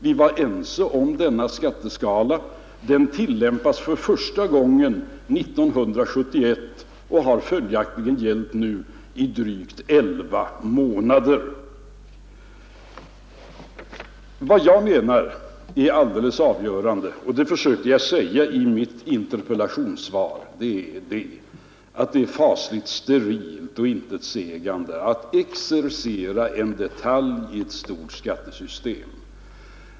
Vi var ense om denna skatteskala, som tillämpas för första gången 1971 och följaktligen har gällt nu i drygt elva månader. Vad jag menar är alldeles avgörande, och det försökte jag säga i mitt interpellationssvar, är att det är fasligt sterilt och intetsägande att exercera en detalj i ett stort skattesystem.